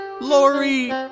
Lori